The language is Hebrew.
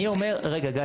אני אומר, רגע גיא.